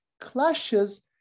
clashes